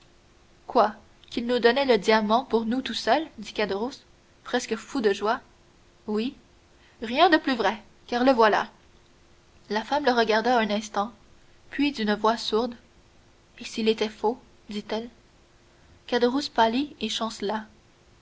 quoi qu'il nous donnait le diamant pour nous tout seuls dit caderousse presque fou de joie oui rien de plus vrai car le voilà la femme le regarda un instant puis d'une voix sourde et s'il était faux dit-elle caderousse pâlit et